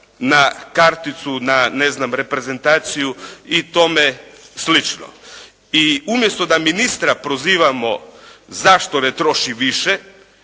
na karticu, na ne znam, na reprezentaciju i tome slično. I umjesto da ministra prozivamo zašto ne troši više,